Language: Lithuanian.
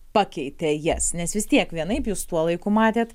pakeitė jas nes vis tiek vienaip jūs tuo laiku matėt